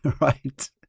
Right